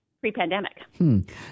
pre-pandemic